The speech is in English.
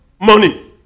money